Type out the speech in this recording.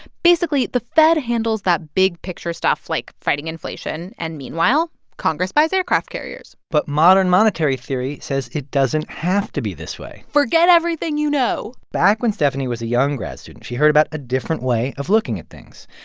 basically, the fed handles that big picture stuff like fighting inflation. and meanwhile, congress buys aircraft carriers but modern monetary theory says it doesn't have to be this way forget everything you know back when stephanie was a young grad student, she heard about a different way of looking at things.